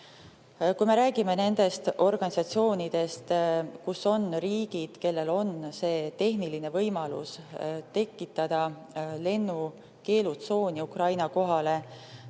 Kui me räägime nendest organisatsioonidest, kus on riigid, kellel on see tehniline võimalus tekitada lennukeelutsoon Ukraina kohale,